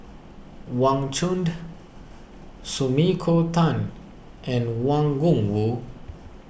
Wang Chunde Sumiko Tan and Wang Gungwu